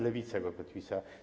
Lewica go podpisała.